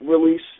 release